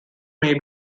may